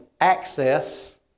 access